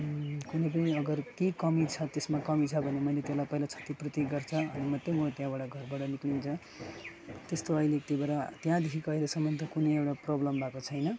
कुनै पनि अगर केही कमी छ त्यसमा कमी छ भने मैले त्यसलाई पहिला क्षतिपूर्ति गर्छ अनि मात्रै म त्यहाँबाट घरबाट निक्लिन्छ त्यस्तो अहिले त्योबाट त्यहाँदेखिको अहिलेसम्मन त कुनै एउटा प्रब्लम भएको छैन